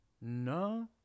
No